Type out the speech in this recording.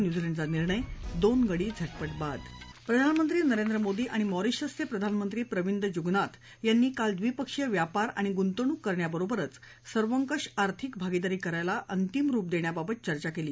न्यूझीलंडचा निर्णय दोन गडी झटपट बाद प्रधानमंत्री नरेंद्र मोदी आणि मॉरिशसचे प्रधानमंत्री प्रविंद जुगनाथ यांनी काल द्विपक्षीय व्यापार आणि गुंतवणूक करण्याबरोबरच सर्वकष आर्थिक भागिदारी करायला अंतिम रुप देण्याबाबत चर्चा केली